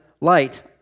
light